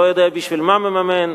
לא יודע בשביל מה מממן,